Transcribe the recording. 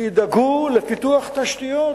שידאגו לפיתוח תשתיות.